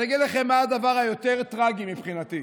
אני אגיד לכם מה הדבר היותר טרגי מבחינתי: